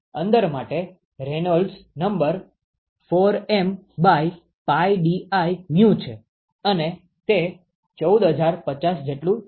તેથી અંદર માટે રેનોલ્ડ્સ નંબર 4mDi છે અને તે 14050 જેટલું છે